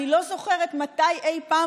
אני לא זוכרת מתי אי פעם